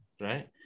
right